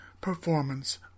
performance